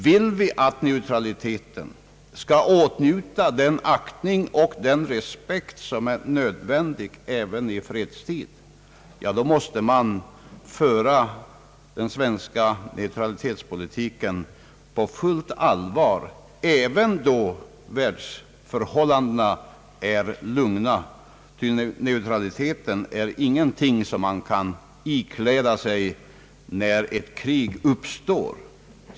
Vill vi att neutraliteten skall åtnjuta den aktning och den respekt som är nödvändig då måste vi föra den svenska neutralitetspolitiken på fullt allvar även under tider då förhållandena i världen är lugna. Ty neutraliteten är ingenting som man kan ikläda sig när ett krig uppstår.